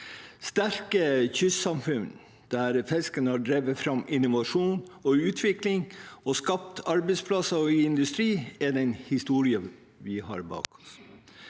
Sterke kystsamfunn der fisken har drevet fram innovasjon og utvikling og skapt arbeidsplasser og industri, er den historien vi har bak oss.